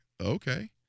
okay